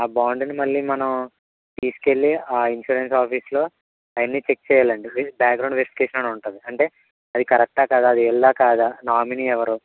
ఆ బాండుని మళ్ళీ మనం తీసుకెళ్ళీ ఆ ఇన్సూరెన్స్ ఆఫీసులో అవన్నీ చెక్ చేయ్యాలండి బ్యాగ్రౌండ్ వెరిఫికేషన్ అని ఉంటుంది అంటే అది కరెక్టా కాదా అది వీళ్ళా కాదా నామిని ఎవరు